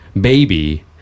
baby